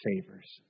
favors